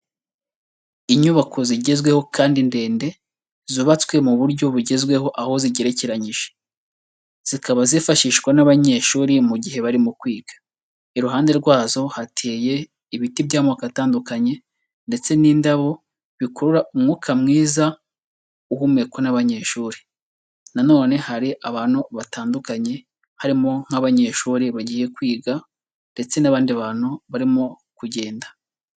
Inyubako zigezweho kandi ndende zubatswe mu buryo bugezweho aho zigerekeranyije, zikaba zifashishwa n'abanyeshuri mu gihe barimo kwiga, iruhande rwazo hateye ibiti by'amoko atandukanye ndetse n'indabo bikurura umwuka mwiza uhumekwa n'abanyeshuri, nanone hari abantu batandukanye harimo nk'abanyeshuri bagiye kwiga ndetse n'abandi bantu barimo kugenda.